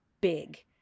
big